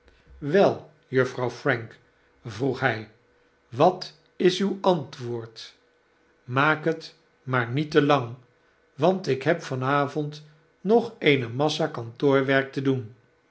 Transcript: wel juffrouw frank vroeg hij wat is uw antwoord maak het maar niet te lang want ik heb van avond nog eene massa kantoorwerk te doen